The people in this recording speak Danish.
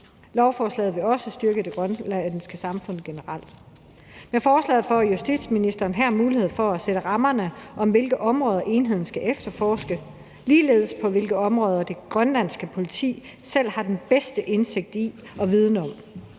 Lovforslaget vil også styrke det grønlandske samfund generelt. Med forslaget får justitsministeren her mulighed for at sætte rammerne om, hvilke områder enheden skal efterforske, ligeledes hvilke områder det grønlandske politi selv har den bedste indsigt i og viden om,